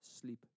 sleep